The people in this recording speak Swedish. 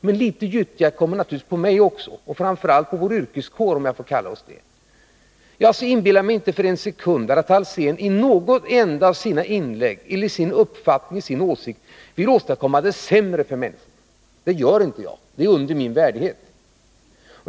Men litet gyttja kommer naturligtvis på mig också och framför allt på vår yrkeskår, om jag får kalla den så. Jag inbillar mig inte för en sekund att herr Alsén i något enda av sina inlägg, med sina uppfattningar eller åsikter, vill göra det sämre för människor. Det gör jag inte — det är under min värdighet.